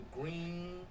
green